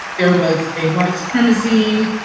there was a white supremacy